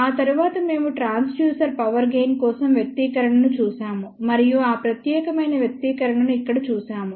ఆ తరువాత మేము ట్రాన్స్డ్యూసర్ పవర్ గెయిన్ కోసం వ్యక్తీకరణను చూశాము మరియు ఈ ప్రత్యేకమైన వ్యక్తీకరణను ఇక్కడ చూశాము